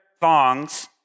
thongs